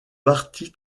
parti